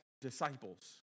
disciples